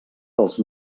pels